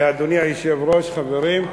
אדוני היושב-ראש, חברים,